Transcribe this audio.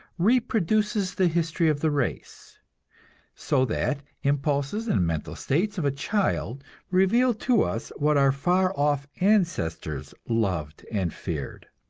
reproduces the history of the race so that impulses and mental states of a child reveal to us what our far-off ancestors loved and feared.